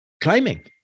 claiming